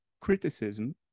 criticism